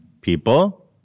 people